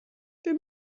wir